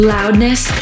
Loudness